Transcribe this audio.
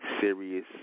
serious